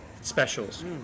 specials